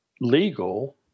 legal